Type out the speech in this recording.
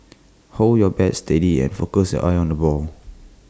hold your bat steady and focus your eyes on the ball